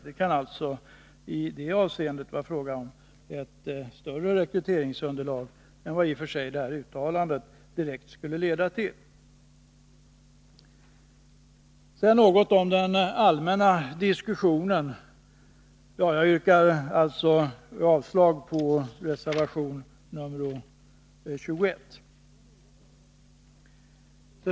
Det kan alltså i detta sammanhang vara fråga om ett större rekryteringsunderlag än vad detta uttalande direkt skulle leda till. Jag yrkar avslag på reservation nr 21.